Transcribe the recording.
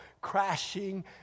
crashing